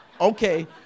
Okay